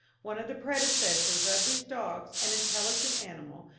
one of the predecessors of these dogs, an intelligent animal,